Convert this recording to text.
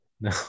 no